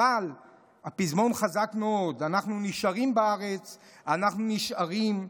אבל הפזמון חזק מאוד: "אנחנו נשארים בארץ / אנחנו נשארים,